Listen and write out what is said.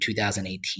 2018